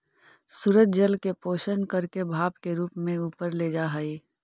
सूरज जल के शोषण करके भाप के रूप में ऊपर ले जा हई